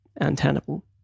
untenable